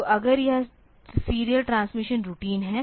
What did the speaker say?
तो अगर यह सीरियल ट्रांसमिशन रूटीन है